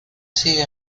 sigue